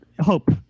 hope